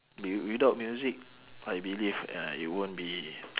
d~ without music I believe ya it won't be